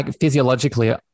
physiologically